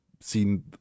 seen